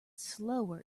slower